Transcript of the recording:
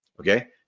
okay